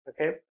okay